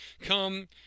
Come